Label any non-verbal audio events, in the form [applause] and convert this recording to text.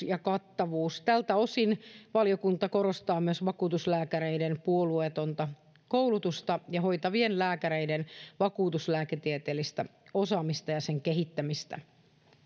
[unintelligible] ja kattavuus tältä osin valiokunta korostaa myös vakuutuslääkäreiden puolueetonta koulutusta ja hoitavien lääkäreiden vakuutuslääketieteellistä osaamista ja sen kehittämistä